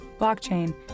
blockchain